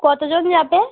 কতজন যাবে